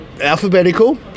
alphabetical